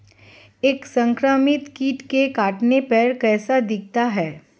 एक संक्रमित कीट के काटने पर कैसा दिखता है?